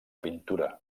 pintura